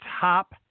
top